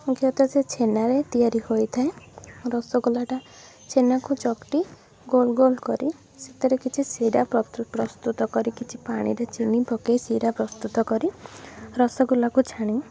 ମୁଖ୍ୟତଃ ସେ ଛେନାରେ ତିଆରି ହୋଇଥାଏ ରସଗୋଲାଟା ଛେନାକୁ ଚକଟି ଗୋଲଗୋଲ କରି ସେଥିରେ କିଛି ସିରା ପ୍ରସ୍ତୁତ କରି କିଛି ପାଣିରେ ଚିନି ପକେଇ ସିରା ପ୍ରସ୍ତୁତ କରି ରସଗୋଲାକୁ ଛାଣି